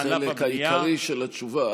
החלק העיקרי של התשובה.